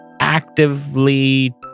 actively